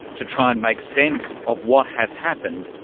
to try and make sense of what has happened.